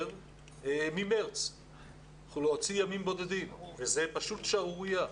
מחודש מארס להוציא ימים בודדים וזאת פשוט שערורייה.